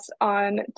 on